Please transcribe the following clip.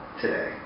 today